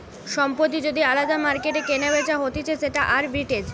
সম্পত্তি যদি আলদা মার্কেটে কেনাবেচা হতিছে সেটা আরবিট্রেজ